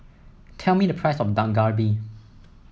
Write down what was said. tell me the price of Dak Galbi